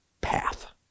path